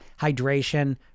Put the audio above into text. hydration